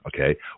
okay